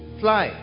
fly